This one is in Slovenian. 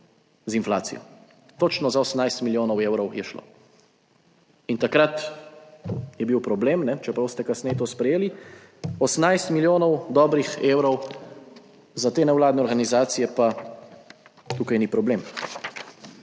z inflacijo, točno za 18 milijonov evrov je šlo. Takrat je bil problem, čeprav ste kasneje to sprejeli, 18 milijonov dobrih evrov za te nevladne organizacije, pa tukaj ni problem.